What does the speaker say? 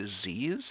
disease